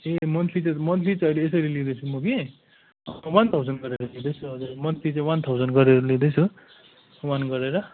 ए monthly त monthly त अहिले यसरी लिँदैछु म कि वन थाउजन गरेर लिँदैछु हजुर मन्थली चाहिँ वन थाउजन गरेर लिँदैछु वन गरेर